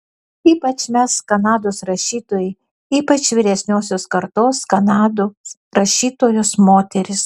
ypač mes kanados rašytojai ypač vyresniosios kartos kanados rašytojos moterys